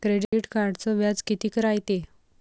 Credit कार्डचं व्याज कितीक रायते?